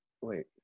wait